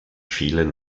vielen